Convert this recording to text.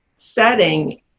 setting